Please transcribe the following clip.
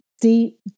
deep